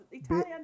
italian